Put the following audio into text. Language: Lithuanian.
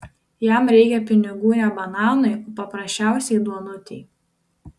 jam reikia pinigų ne bananui o paprasčiausiai duonutei